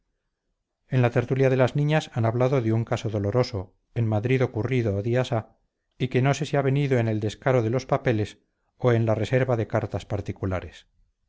en la tertulia de las niñas han hablado de un caso doloroso en madrid ocurrido días ha y que no sé si ha venido en el descaro de los papeles o en la reserva de cartas particulares